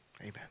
amen